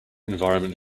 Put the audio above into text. environment